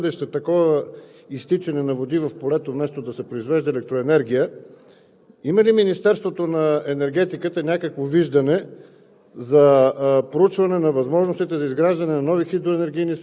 за устойчиво енергийно развитие. Мен ме интересува, за да избегнем в бъдеще такова изтичане на води в полето, вместо да се произвежда електроенергия: има ли Министерството на енергетиката някакво виждане